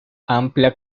amplia